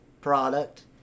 product